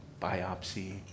biopsy